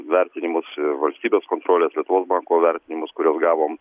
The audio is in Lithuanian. vertinimus valstybės kontrolės lietuvos banko vertinimus kuriuos gavom